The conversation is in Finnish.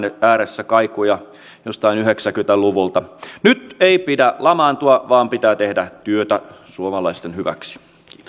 ääressä kaikuja jostain yhdeksänkymmentä luvulta nyt ei pidä lamaantua vaan pitää tehdä työtä suomalaisten hyväksi